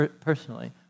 personally